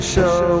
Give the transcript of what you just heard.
show